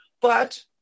but-